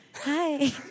Hi